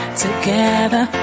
together